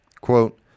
Quote